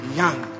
young